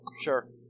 Sure